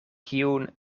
kiun